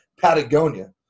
Patagonia